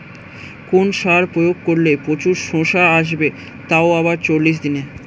কোন সার প্রয়োগ করলে প্রচুর শশা আসবে তাও আবার চল্লিশ দিনে?